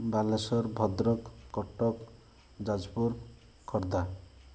Balasore Bhadrak Cuttack Jajpur Khordha